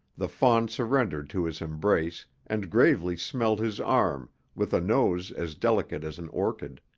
the fawn surrendered to his embrace and gravely smelled his arm with a nose as delicate as an orchid.